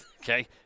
okay